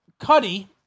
Cuddy